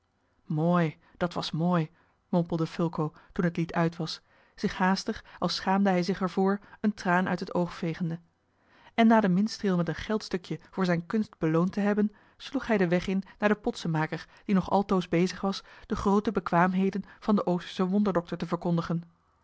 mooi dat was mooi mompelde fulco toen het lied uit was zich haastig als schaamde hij zich er voor een traan uit het oog vegende en na den minstreel met een geldstukje voor zijne kunst beloond te hebben sloeg hij den weg in naar den potsenmaker die nog altoos bezig was de groote bekwaamheden van den oosterschen wonderdokter te verkondigen